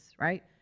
right